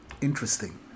Interesting